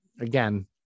Again